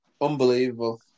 Unbelievable